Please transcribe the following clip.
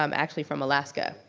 um actually from alaska.